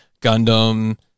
gundam